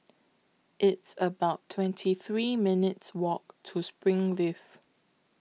It's about twenty three minutes Walk to Springleaf